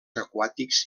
aquàtics